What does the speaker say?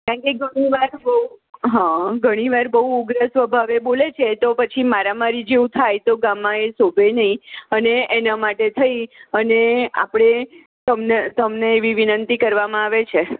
કેમકે ઘણીવાર હ ઘણીવાર બોવ ઉગ્ર સ્વભાવે બોલે છે તો પછી મારામારી જેવુ થાય તો ગામમાં એ શોભે નય અને એના માટે થઈ અને આપડે તમને તમને એવી વિનતી કરવામાં આવે છે